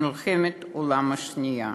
מלחמת העולם השנייה.